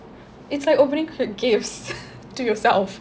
it's like opening gifts to yourself